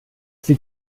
sie